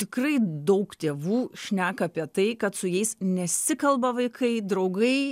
tikrai daug tėvų šneka apie tai kad su jais nesikalba vaikai draugai